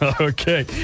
Okay